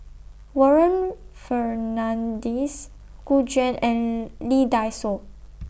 Warren Fernandez Gu Juan and Lee Dai Soh